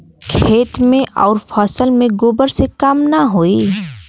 खेत मे अउर फसल मे गोबर से कम ना होई?